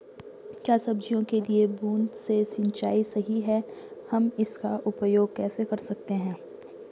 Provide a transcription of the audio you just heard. क्या सब्जियों के लिए बूँद से सिंचाई सही है हम इसका उपयोग कैसे कर सकते हैं?